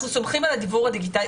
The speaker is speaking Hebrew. אנחנו סומכים על הדיוור הדיגיטלי.